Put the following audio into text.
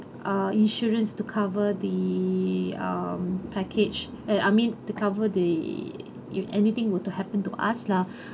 uh insurance to cover the mm package uh I mean to cover the if anything were to happen to us lah